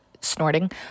snorting